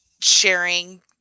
sharing